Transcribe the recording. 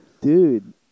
Dude